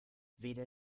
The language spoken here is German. weder